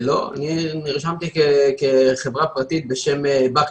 לא, אני נרשמתי כחברה פרטית בשם בקטוכם.